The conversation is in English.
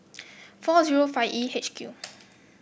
four zero five E H Q